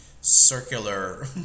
circular